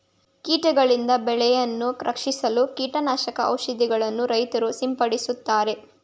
ಕೀಟಗಳಿಂದ ಬೆಳೆಯನ್ನು ರಕ್ಷಿಸಲು ಕೀಟನಾಶಕ ಔಷಧಿಗಳನ್ನು ರೈತ್ರು ಸಿಂಪಡಿಸುತ್ತಾರೆ